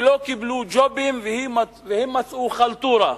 שלא קיבלו ג'ובים והם מצאו חלטורה,